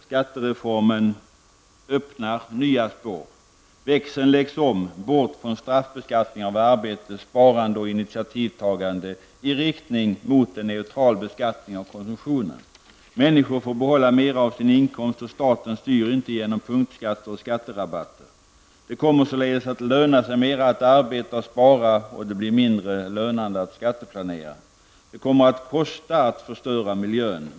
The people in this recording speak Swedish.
Skattereformen öppnar nya spår. Växeln läggs om, bort från straffbeskattning av arbete, sparande och initiativtagande i riktning mot en neutral beskattning av konsumtionen. Människor får behålla mer av sin inkomst, och staten styr inte genom punktskatter och skatterabatter. Det kommer således att löna sig mera att arbeta och spara, och det blir mindre lönande att skatteplanera. Det kommer att kosta att förstöra miljön.